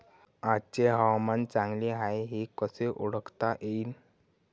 आजचे हवामान चांगले हाये हे कसे ओळखता येईन?